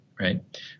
right